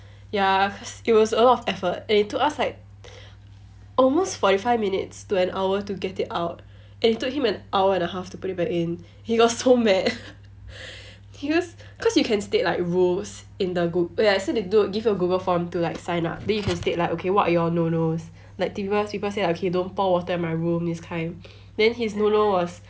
ya cause it was a lot of effort and it took us like almost forty five minutes to an hour to get it out and it took him an hour and a half to put it back in he got so mad he used cause you can state like rules in the group ya so they do give you a Google form to like sign up then you can state like okay what are your no no's like do you guys people say like don't pour water in my room this kind then his no no was